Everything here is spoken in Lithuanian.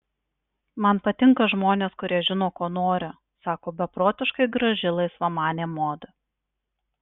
man patinka žmonės kurie žino ko nori sako beprotiškai graži laisvamanė mod